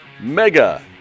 Mega